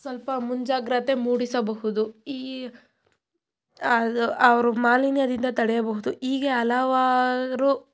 ಸ್ವಲ್ಪ ಮುಂಜಾಗ್ರತೆ ಮೂಡಿಸಬಹುದು ಈ ಅವರು ಮಾಲಿನ್ಯದಿಂದ ತಡೆಯಬಹುದು ಹೀಗೆ ಹಲವಾರು